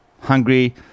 hungry